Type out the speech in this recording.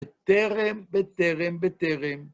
בטרם, בטרם, בטרם.